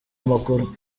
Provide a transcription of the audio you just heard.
amakuru